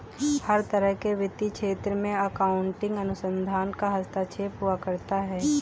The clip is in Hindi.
हर तरह के वित्तीय क्षेत्र में अकाउन्टिंग अनुसंधान का हस्तक्षेप हुआ करता है